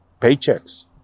paychecks